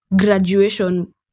graduation